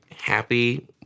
happy